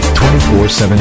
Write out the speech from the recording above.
24-7